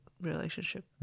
relationship